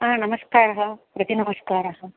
आ नमस्कारः प्रतिनमस्कारः